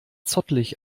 zottelig